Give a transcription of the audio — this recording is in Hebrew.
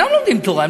שאינם לומדים תורה.